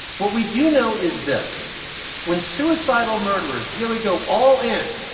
what we do know is this when suicidal murderers really go all in,